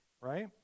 right